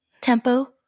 tempo